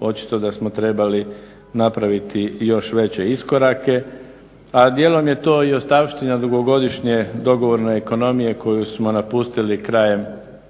očito da smo trebali napraviti još veće iskorake, a djelom je to i ostavština dugogodišnje dogovorne ekonomije koju smo napustili krajem 80.